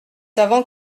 avant